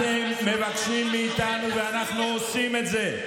אתם מבקשים מאיתנו ואנחנו עושים את זה,